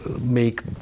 make